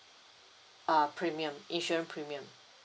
uh premium insurance premium